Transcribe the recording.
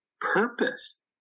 purpose